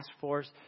force